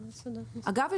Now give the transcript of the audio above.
אגב,